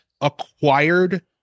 acquired